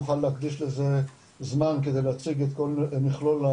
נוכל להקדיש לזה זמן כדי להציג את כל מכלול,